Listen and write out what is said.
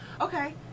Okay